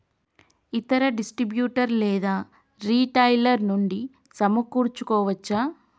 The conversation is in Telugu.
ఇతర డిస్ట్రిబ్యూటర్ లేదా రిటైలర్ నుండి సమకూర్చుకోవచ్చా?